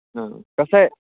हां कसं आहे